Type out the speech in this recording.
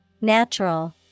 Natural